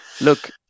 Look